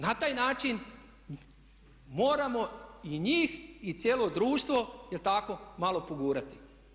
Na taj način moramo i njih i cijelo društvo jel' tako malo pogurati.